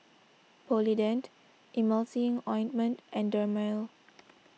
Polident Emulsying Ointment and Dermale